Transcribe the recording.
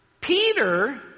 Peter